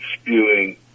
spewing